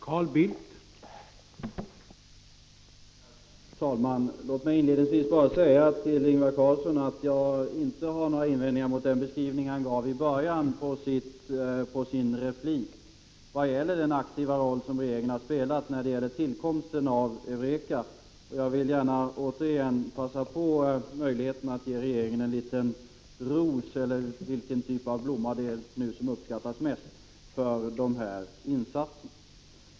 Herr talman! Låt mig inledningsvis bara säga till Ingvar Carlsson att jag inte har några invändningar mot den beskrivning han gav i början på sin replik vad gäller den aktiva roll som regeringen har spelat i fråga om tillkomsten av EUREKA. Jag vill gärna återigen, när jag har möjligheten, passa på att ge regeringen en liten ros, eller vilken typ av blomma det är som uppskattas mest, för den insatsen.